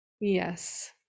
yes